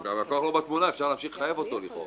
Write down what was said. אם הלקוח לא בתמונה אז אפשר להמשיך לחייב אותו לכאורה.